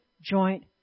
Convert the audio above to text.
joint